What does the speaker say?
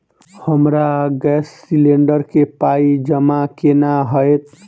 हमरा gas cylinder केँ पाई जमा केना हएत?